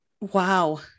Wow